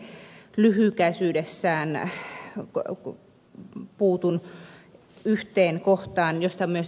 lyhykäisyydessään puutun yhteen kohtaan josta myös ed